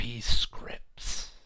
scripts